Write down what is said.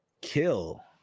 kill